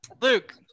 Luke